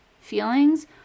feelings